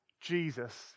Jesus